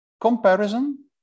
comparison